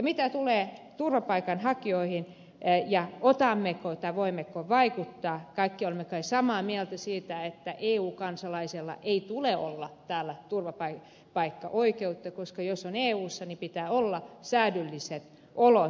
mitä tulee turvapaikanhakijoihin otammeko tai voimmeko vaikuttaa kaikki olemme kai samaa mieltä siitä että eu kansalaisella ei tule olla täällä turvapaikkaoikeutta koska jos on eussa niin pitää olla säädylliset olot